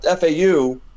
FAU